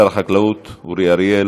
השר, שר החקלאות אורי אריאל.